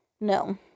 No